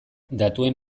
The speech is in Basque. datuen